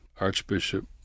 Archbishop